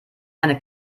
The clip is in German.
eine